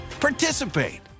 participate